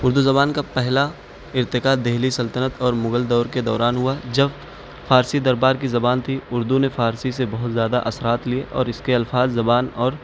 اردو زبان کا پہلا ارتقا دہلی سلطنت اور مغل دور کے دوران ہوا جب فارسی دربار کی زبان تھی اردو نے فارسی سے بہت زیادہ اثرات لیے اور اس کے الفاظ زبان اور